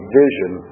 vision